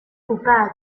coupable